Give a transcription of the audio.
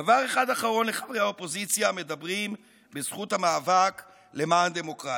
דבר אחד אחרון לחברי האופוזיציה המדברים בזכות המאבק למען דמוקרטיה.